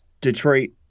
Detroit